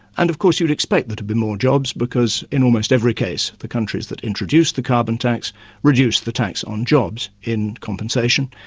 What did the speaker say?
and of course you'd expect there to be more jobs, because in almost every case the countries that introduced the carbon tax reduced the tax on jobs in compensation,